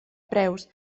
preus